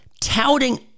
touting